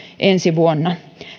ensi vuonna